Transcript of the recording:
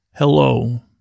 Hello